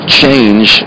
change